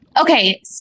Okay